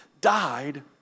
died